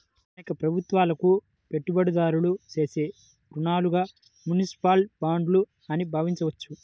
స్థానిక ప్రభుత్వాలకు పెట్టుబడిదారులు చేసే రుణాలుగా మునిసిపల్ బాండ్లు అని భావించవచ్చు